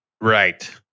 Right